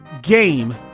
game